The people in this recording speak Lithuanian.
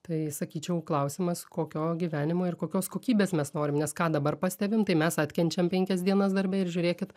tai sakyčiau klausimas kokio gyvenimo ir kokios kokybės mes norim nes ką dabar pastebim tai mes atkenčiam penkias dienas darbe ir žiūrėkit